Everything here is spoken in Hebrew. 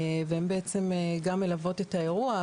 הן בעצם גם מלוות את האירוע,